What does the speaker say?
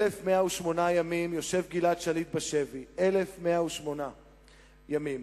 1,108 ימים יושב גלעד שליט בשבי, 1,108 ימים.